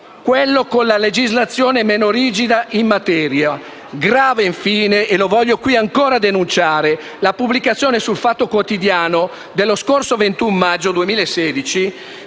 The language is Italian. quello con la legislazione meno rigida in materia. Grave infine - e lo voglio qui ancora denunciare - è la pubblicazione su «ilfattoquotidiano.it» dello scorso 21 maggio 2016